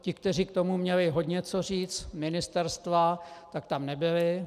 Ti, kteří k tomu měli hodně co říci, ministerstva, tak tam nebyli.